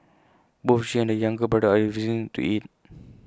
both she and the younger brother are refusing to eat